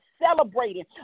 celebrating